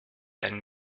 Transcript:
einen